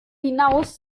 hinaus